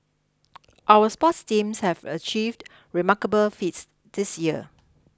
our sports teams have achieved remarkable feats this year